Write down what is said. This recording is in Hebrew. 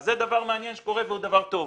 זה דבר מעניין שקורה והוא דבר טוב.